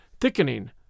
thickening